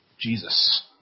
Jesus